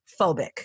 phobic